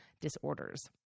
Disorders